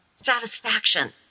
satisfaction